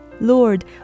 Lord